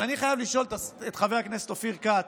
אבל אני חייב לשאול את חבר הכנסת אופיר כץ,